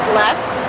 left